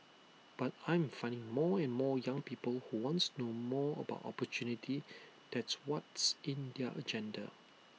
but I'm finding more and more young people who wants know more about opportunity that's what's in their agenda